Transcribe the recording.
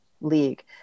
league